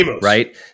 right